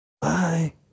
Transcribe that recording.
Bye